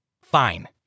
Fine